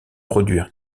produire